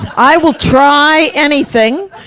i will try anything,